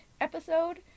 episode